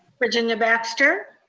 virginia baxter?